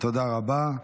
תודה רבה.